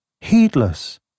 heedless